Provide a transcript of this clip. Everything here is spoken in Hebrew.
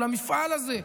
למפעל הזה,